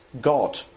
God